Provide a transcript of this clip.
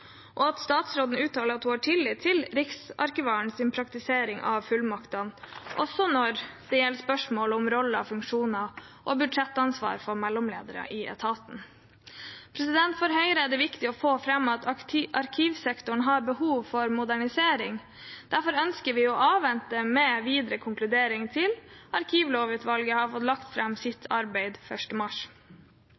og at statsråden uttaler at hun har tillit til Riksarkivarens praktisering av fullmaktene, også når det gjelder spørsmålet om roller, funksjoner og budsjettansvar for mellomledere i etaten. For Høyre er det viktig å få fram at arkivsektoren har behov for modernisering. Derfor ønsker vi å avvente en videre konkludering til Arkivlovutvalget har fått lagt fram sitt